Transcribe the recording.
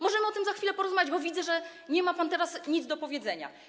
Możemy o tym za chwilę porozmawiać, bo widzę, że teraz nie ma pan nic do powiedzenia.